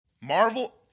marvel